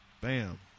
Bam